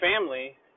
family